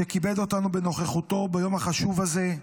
שכיבד אותנו בנוכחותו ביום החשוב הזה,